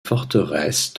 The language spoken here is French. forteresse